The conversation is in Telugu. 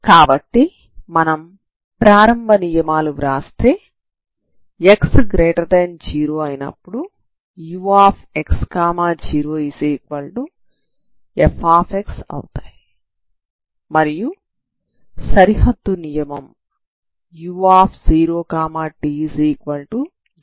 కాబట్టి మనం ప్రారంభ నియమాలు వ్రాస్తే x0 అయినప్పుడు ux0f అవుతాయి మరియు సరిహద్దు నియమం u0t0 అవుతుంది